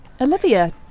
Olivia